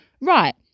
right